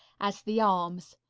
as the arms.